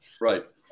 Right